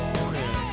Morning